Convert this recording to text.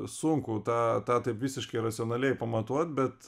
sunku tą tą taip visiškai racionaliai pamatuot bet